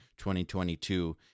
2022